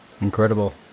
incredible